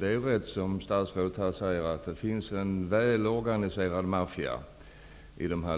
Precis som statsrådet säger, finns det i de här länderna en välorganiserad maffia.